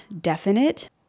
definite